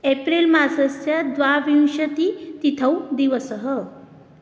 April मासस्य द्वाविंशतितिथौ दिवसः